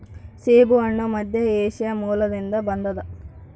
ಸೇಬುಹಣ್ಣು ಮಧ್ಯಏಷ್ಯಾ ಮೂಲದಿಂದ ಬಂದದ